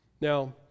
Now